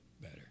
better